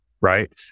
right